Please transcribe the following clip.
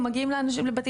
הם מגיעים לבתים,